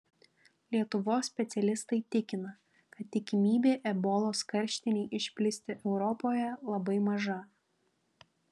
lietuvos specialistai tikina kad tikimybė ebolos karštinei išplisti europoje labai maža